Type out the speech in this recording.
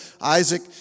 Isaac